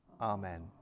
Amen